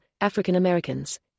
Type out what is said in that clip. African-Americans